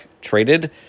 traded